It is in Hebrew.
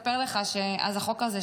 רציתי לספר לך שאז החוק הזה,